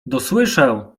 dosłyszę